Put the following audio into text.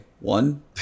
One